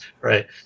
Right